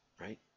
right